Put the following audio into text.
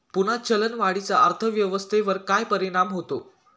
पुन्हा चलनवाढीचा अर्थव्यवस्थेवर काय परिणाम होतो